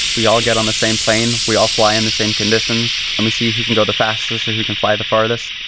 we all get on the same plane. we all fly in the same conditions. and we see who can go the fastest or who can fly the farthest.